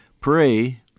pray